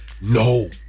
no